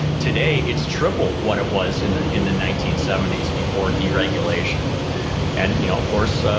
today, it's triple what it was in the in the nineteen seventy s, before deregulation and you know of course,